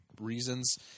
reasons